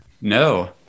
No